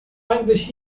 eigentlich